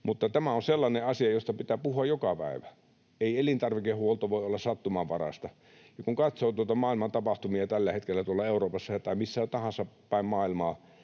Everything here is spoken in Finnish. mutta tämä on sellainen asia, josta pitää puhua joka päivä. Ei elintarvikehuolto voi olla sattumanvaraista. Kun katsoo noita maailman tapahtumia tällä hetkellä Euroopassa tai missä tahansa päin maailmaa,